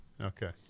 Okay